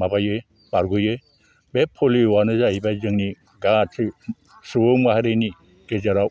माबायो बारग'यो बे पलिअआनो जाहैबाय जोंनि गासै सुबुं माहारिनि गेजेराव